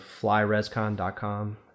flyrescon.com